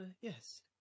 Yes